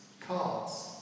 cards